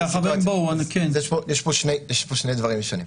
יש פה שני דברים שונים: